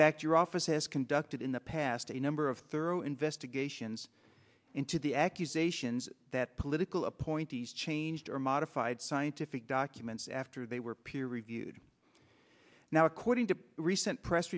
fact your office has conducted in the past a number of thorough investigations into the accusations that political appointees changed or modified scientific documents after they were peer reviewed now according to recent press